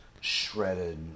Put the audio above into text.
shredded